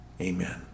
amen